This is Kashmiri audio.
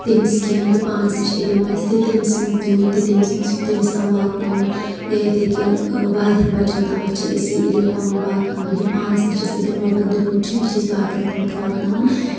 تٔمِس کیٚنٛہہ یہِ پانَس نِش علِم آسہِ تہِ تٔمِس منٛز دیُن تہِ تٔمِس تام واتناوُن یا یِتھٕے کٔنۍ واریاہَن بَچن تام چھ أسۍ یہِ علِم پنُن واتناوان یہِ پانَس نِش چھُ اسہِ علم رۄبن دیُتمُت چھُ یہِ چھِ أسۍ باقٮ۪ن تامَتھ واتناوان